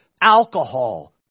alcohol